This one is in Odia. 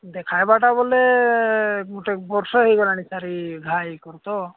ଦେଖାଇବାଟା ବୋଲେ ଗୋଟେ ବର୍ଷ ହୋଇଗଲାଣି ତାର ଏ ଘାଆ ତ